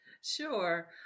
Sure